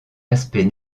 aspect